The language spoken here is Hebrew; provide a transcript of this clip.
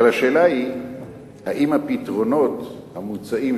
אבל השאלה היא האם הפתרונות המוצעים,